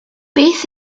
beth